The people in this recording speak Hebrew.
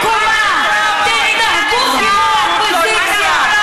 כמו חיקוי עלוב של הקואליציה.